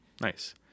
Nice